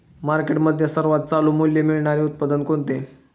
मार्केटमध्ये सर्वात चालू मूल्य मिळणारे उत्पादन कोणते?